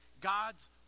God's